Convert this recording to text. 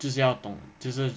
就是要懂就是